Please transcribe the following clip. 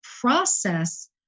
process